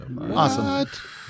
Awesome